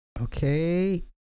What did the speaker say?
Okay